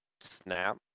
snap